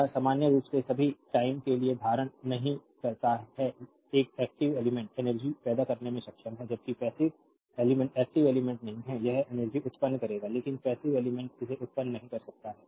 यह सामान्य रूप से सभी टाइम के लिए धारण नहीं करता है एक एक्टिव एलिमेंट्स एनर्जी पैदा करने में सक्षम है जबकि पैसिव एलिमेंट्स एक्टिव एलिमेंट्स नहीं है यह एनर्जी उत्पन्न करेगा लेकिन पैसिव एलिमेंट्स इसे उत्पन्न नहीं कर सकता है